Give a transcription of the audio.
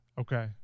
Okay